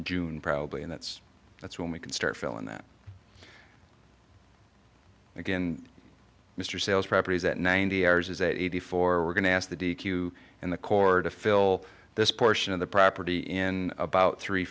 june probably and that's that's when we can start filling that again mr sails properties at ninety hours is eighty four we're going to ask the d q and the cord to fill this portion of the property in about three